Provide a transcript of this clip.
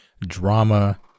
drama